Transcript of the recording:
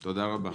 תודה רבה.